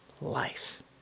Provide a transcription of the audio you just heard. life